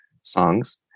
songs